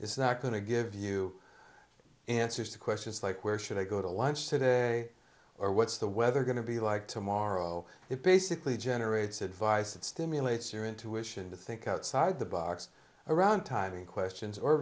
it's not going to give you answers to questions like where should i go to lunch today or what's the weather going to be like tomorrow it basically generates advice that stimulates your intuition to think outside the box around timing questions or